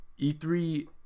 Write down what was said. e3